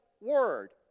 word